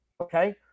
okay